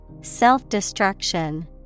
Self-destruction